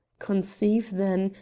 conceive, then,